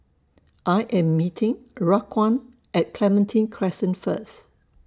I Am meeting Raquan At Clementi Crescent First